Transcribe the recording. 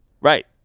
Right